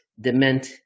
Dement